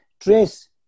trace